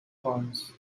thorns